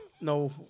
No